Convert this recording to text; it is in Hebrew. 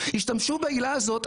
השתמשו בעילה הזאת,